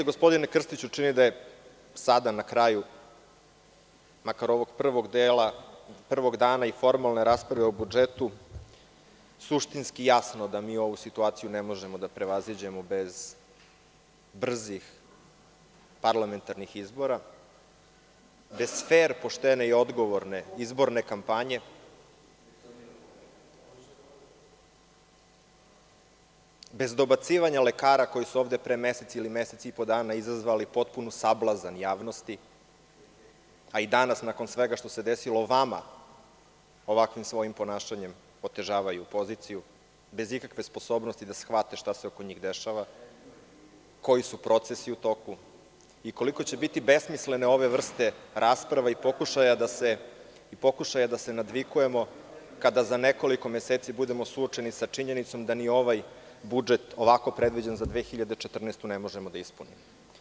Gospodine Krstiću, meni se čini da je sada, na kraju makar ovog prvog dela, prvog dana i formalne rasprave o budžetu, suštinski jasno da mi ovu situaciju ne možemo da prevaziđemo bez brzih parlamentarnih izbora, bez fer, poštene i odgovorne izborne kampanje, bez dobacivanja lekara koji su ovde pre mesec ili mesec i po dana izazvali potpunu sablazan javnosti, a i danas, nakon svega što se desilo vama ovakvim svojim ponašanjem otežavaju poziciju, bez ikakve sposobnosti da shvate šta se oko njih dešava, koji su procesi u toku i koliko će biti besmislene ove vrste rasprava i pokušaja da se nadvikujemo kada za nekoliko meseci budemo suočeni sa činjenicom da ni ovaj budžet, ovako predviđen za 2014. godinu, ne možemo da ispunimo.